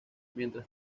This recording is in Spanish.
mientras